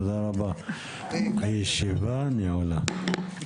תודה רבה, הישיבה נעולה.